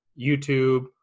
YouTube